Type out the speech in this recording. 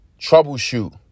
troubleshoot